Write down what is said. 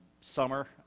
summer